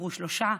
עברו שלושה,